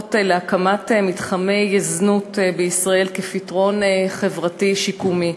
הצעות להקמת מתחמי זנות בישראל כ"פתרון חברתי-שיקומי".